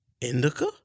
Indica